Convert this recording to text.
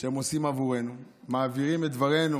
שהם עושים עבורנו, מעבירים את דברינו